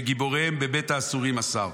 וגיבוריהם בבית האסורים אסר".